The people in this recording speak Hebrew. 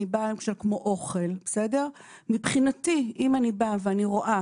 כמו אוכל, מבחינתי, אם אני באה ואני רואה